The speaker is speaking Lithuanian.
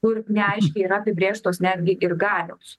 kur neaiškiai yra apibrėžtos netgi ir galios